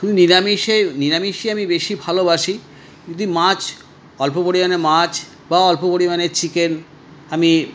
শুধু নিরামিষে নিরামিষই আমি বেশি ভালোবাসি যদি মাছ অল্প পরিমাণে মাছ বা অল্প পরিমাণে চিকেন আমি